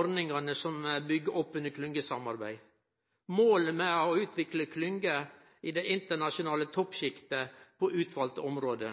ordningane som byggjer opp under klyngjesamarbeid. Målet må vere å utvikle klyngjer i det internasjonale toppsjiktet på utvalde område.